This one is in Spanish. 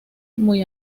muy